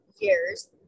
years